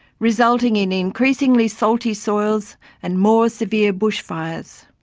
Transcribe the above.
resulting in increasingly salty soils and more severe bushfires,